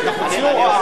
אנחנו עוברים